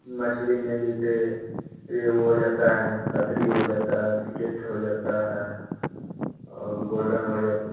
मछली में जैसे रेहू हो जाता है कतरी हो जाता है ब्रिकेटर हो जाता है और गोल्डन हो जाता है